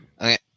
Okay